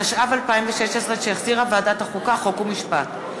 התשע"ו 2016, שהחזירה ועדת החוקה, חוק ומשפט.